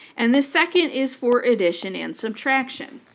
and the second is for addition and subtraction.